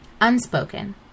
Unspoken